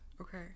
okay